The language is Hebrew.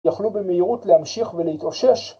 ‫יכלו במהירות להמשיך ולהתאושש.